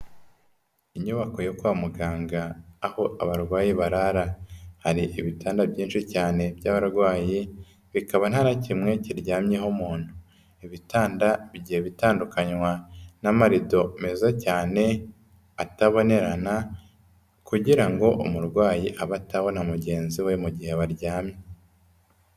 Inyubako yo kwa muganga aho abarwayi barara, hari ibitanda byinshi cyane by'abarwayi bikaba nta na kimwe kiryamyeho umuntu. Ibitanda bigiye bitandukanywa n'amarido meza cyane atabonerana kugira ngo umurwayi abe atabona mugenzi we mu gihe baryamye.